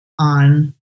On